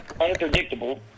unpredictable